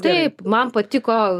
taip man patiko